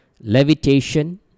Levitation